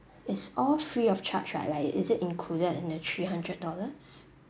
it's all free of charge right like is it included in the three hundred dollars